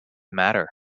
matter